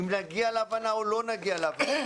אם נגיע להבנה או לא נגיע להבנה